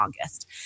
August